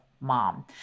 mom